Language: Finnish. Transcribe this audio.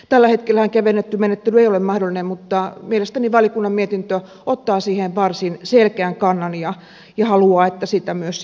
tällä hetkellähän kevennetty menettely ei ole mahdollinen mutta mielestäni valiokunta mietinnössään ottaa siihen varsin selkeän kannan ja haluaa että sitä myös arvioidaan